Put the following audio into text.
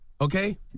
Okay